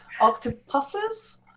Octopuses